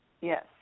yes